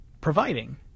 providing